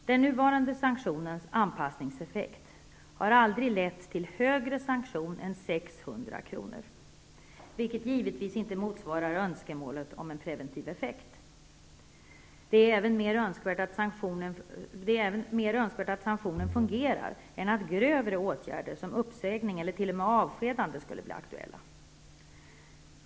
Den nuvarande sanktionens anpassningseffekt har aldrig lett till högre sanktion än 600 kr., vilket givetvis inte motsvarar önskemålet om en preventiv effekt. Det är även mer önskvärt att sanktionen fungerar än att grövre åtgärder som uppsägning eller t.o.m. avskedande skulle bli aktuella.